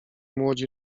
młodzi